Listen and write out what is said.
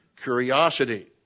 curiosity